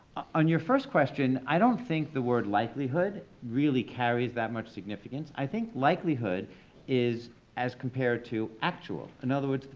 on your first question, i don't think the word likelihood really carries that much significance. i think likelihood is as compared to actual. in other words,